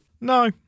No